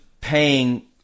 paying